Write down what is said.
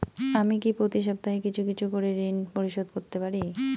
আমি কি প্রতি সপ্তাহে কিছু কিছু করে ঋন পরিশোধ করতে পারি?